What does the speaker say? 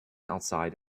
outside